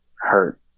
hurt